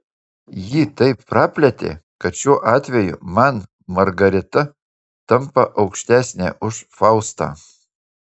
jį taip praplėtė kad šiuo atveju man margarita tampa aukštesnė už faustą